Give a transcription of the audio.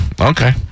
Okay